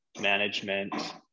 management